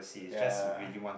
ya